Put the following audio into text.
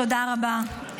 תודה רבה.